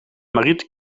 mariet